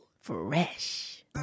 Fresh